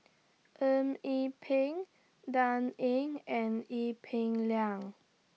Eng Yee Peng Dan Ying and Ee Peng Liang